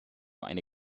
eine